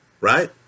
right